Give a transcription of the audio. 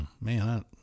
man